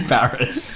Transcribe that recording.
Paris